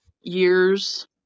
years